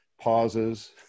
pauses